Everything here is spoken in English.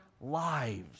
lives